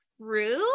true